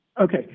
Okay